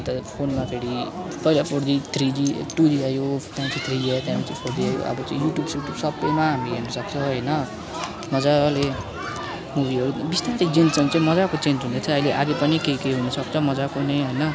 अन्त फोनमा फेरि पहिला four G three G two G आयो त्यहाँदेखि थ्री जी आयो त्यहाँदेखि फोर जी आयो त्यहाँ अब चाहिँ युट्युब स्युट्युब सबैमा हामी हेर्न सक्छ होइन मज्जाले मुभीहरू बिस्तारी मज्जाको चेन्ज हुँदैछ अहिले आगे पनि केही केही हुनुसक्छ मज्जाको नै होइन